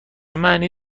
معنی